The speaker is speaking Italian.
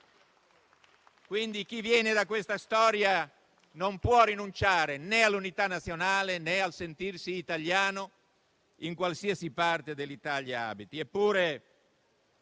Chi viene da questa storia non può rinunciare né all'unità nazionale, né al sentirsi italiano in qualsiasi parte dell'Italia abiti.